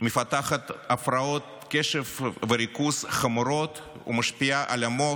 מפתחת הפרעות קשב וריכוז חמורות ומשפיעה על המוח,